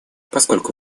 поскольку